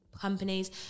companies